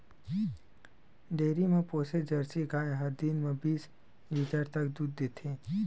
dairy म पोसे jersey गाय ह दिन म बीस लीटर तक दूद देथे